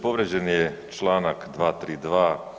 Povrijeđen je Članak 232.